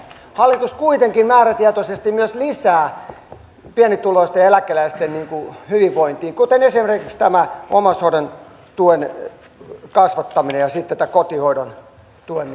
hallitus kuitenkin määrätietoisesti myös lisää pienituloisten eläkeläisten hyvinvointia kuten esimerkiksi tämä omaishoidon tuen kasvattaminen ja sitten tämä kotihoidon tuen lisääminen